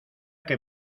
que